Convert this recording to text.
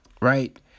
right